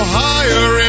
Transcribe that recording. higher